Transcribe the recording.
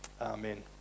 amen